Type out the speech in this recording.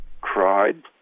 cried